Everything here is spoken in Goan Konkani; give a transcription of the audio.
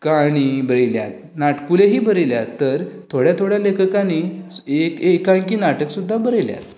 काणी बरयल्यात नाटकुलींय बरयल्यात तर थोड्या थोड्या लेखकांनी एक एकांकी नाटक सुद्दां बरयलें आसात